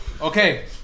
Okay